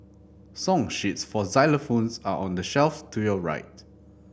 song sheets for xylophones are on the shelf to your right